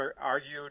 argued